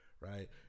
right